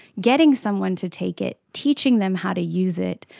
getting someone to take it, teaching them how to use it,